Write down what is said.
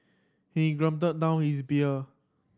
he gulped down his beer